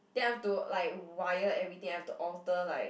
then I have to like wire everything I have to alter like